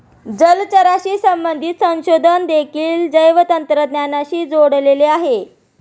जलचराशी संबंधित संशोधन देखील जैवतंत्रज्ञानाशी जोडलेले आहे